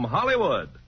Hollywood